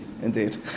Indeed